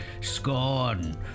scorn